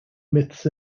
myths